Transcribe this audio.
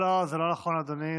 לא, לא, זה לא נכון, אדוני.